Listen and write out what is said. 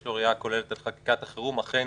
לו ראייה כוללת על חקיקת החירום אכן